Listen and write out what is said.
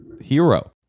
hero